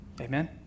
Amen